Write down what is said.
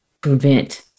prevent